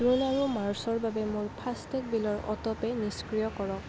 June আৰু মাৰ্চৰ বাবে মোৰ ফাষ্টেগ বিলৰ অটো পে নিষ্ক্ৰিয় কৰক